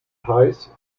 heiß